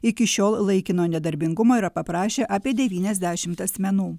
iki šiol laikino nedarbingumo yra paprašę apie devyniasdešimt asmenų